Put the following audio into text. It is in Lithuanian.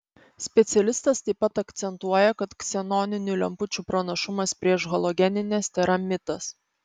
specialistas taip pat akcentuoja kad ksenoninių lempučių pranašumas prieš halogenines tėra mitas